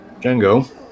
Django